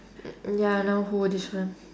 ya now who this one